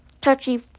Touchy